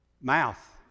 mouth